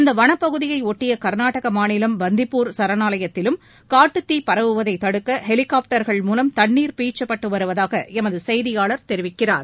இந்த வனப்பகுதியை ஒட்டிய கர்நாடக மாநிலம் பந்திப்பூர் சரணாவயத்திலும் காட்டுத் தீ பரவுவதை தடுக்க ஹெலிகாப்டர்கள் மூலம் தண்ணீர் பீய்ச்சப்பட்டு வருவதாக எமது செய்தியாளர் தெரிவிக்கிறார்